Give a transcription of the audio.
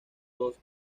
dos